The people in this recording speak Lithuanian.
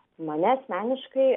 mane asmeniškai